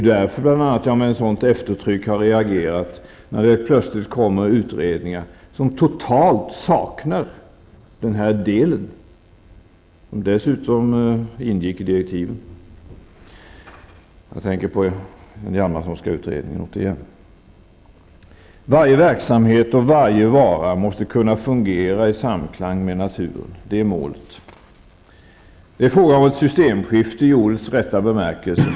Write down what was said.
Det är bl.a. därför som jag med ett sådant eftertryck har reagerat när det plötsligt har lagts fram utredningar som totalt saknar denna del och som dessutom ingick i direktiven. Jag tänker återigen på den Hjalmarssonska utredningen. Varje verksamhet och varje vara måste kunna fungera i samklang med naturen -- det är målet. Det är fråga om ett systemskifte -- i ordets rätta bemärkelse.